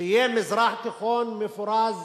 שיהיה מזרח תיכון מפורז